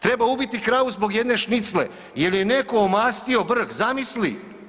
Treba ubiti kravu zbog jedne šnicle jer je netko omastio brk, zamisli.